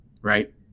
right